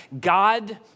God